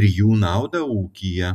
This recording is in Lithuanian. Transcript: ir jų naudą ūkyje